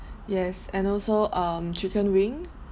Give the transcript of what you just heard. yes and also um chicken wing